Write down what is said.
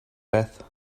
beth